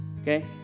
Okay